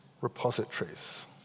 repositories